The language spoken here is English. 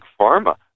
pharma